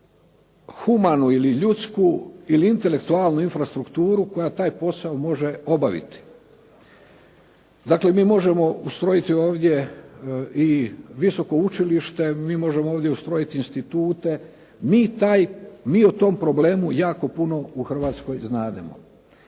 humanu ili ljudsku ili intelektualnu infrastrukturu koja taj posao može obaviti. Dakle, mi možemo ustrojiti ovdje i visoko učilište, mi možemo ovdje ustrojit institute. Mi o tom problemu jako puno u Hrvatskoj znamo.